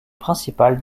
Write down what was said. principal